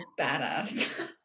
badass